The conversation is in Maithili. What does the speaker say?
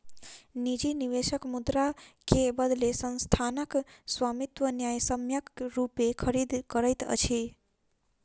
निजी निवेशक मुद्रा के बदले संस्थानक स्वामित्व न्यायसम्यक रूपेँ खरीद करैत अछि